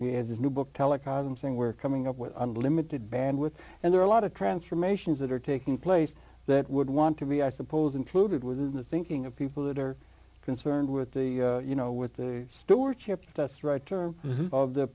we have his new book telecom saying we're coming up with unlimited bandwidth and there are a lot of transformations that are taking place that would want to be i suppose included within the thinking of people that are concerned with the you know with the store chip that's writer of the